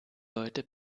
leute